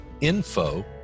info